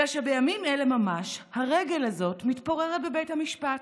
אלא שבימים אלה ממש הרגל הזאת מתפוררת בבית המשפט,